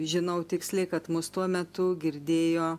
žinau tiksliai kad mus tuo metu girdėjo